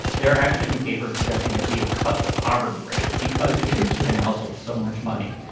they're actually even paper suggesting that we have cut the poverty rate because we have given households so much money.